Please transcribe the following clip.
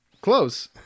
Close